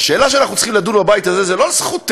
והשאלה שאנחנו צריכים לדון בה בבית הזה היא לא על זכותנו,